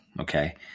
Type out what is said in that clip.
Okay